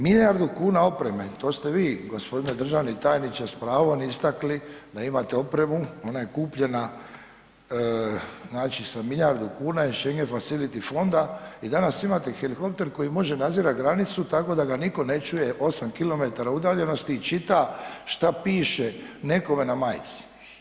Milijardu kuna opreme a to ste vi gospodine državni tajniče s pravom istakli da imate opremu, ona je kupljena znači sa milijardu kuna iz Schengen Facility Fonda i danas imate helikopter koji može nadzirati granicu tako da ga nitko ne čuje 8km udaljenosti i čita šta piše nekome na majici.